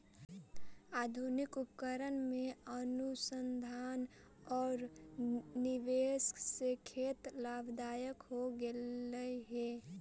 आधुनिक उपकरण में अनुसंधान औउर निवेश से खेत लाभदायक हो गेलई हे